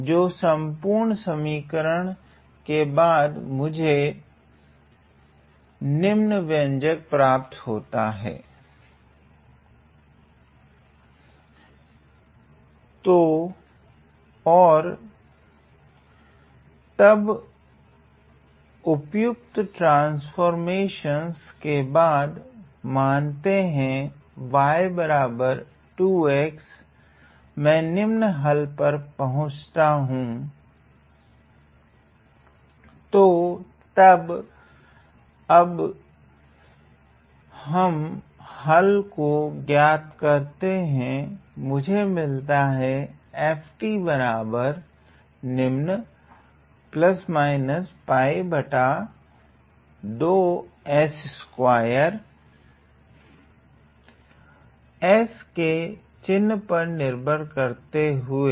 तो सम्पूर्ण सरलीकरण के बाद मुझे निम्न व्यंजक प्राप्त होता हैं और तब उपयुक्त ट्रांसफोर्मशंस के बाद मानते है y2x मैं निम्न हल पर पाहुचता हूँ तो तब अब हम हल को ज्ञात करते है मुझे मिलता है S के चिन्ह पर निर्भर करते हुए